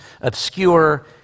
obscure